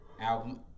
Album